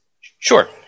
Sure